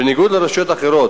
בניגוד לרשויות אחרות,